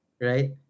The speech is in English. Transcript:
right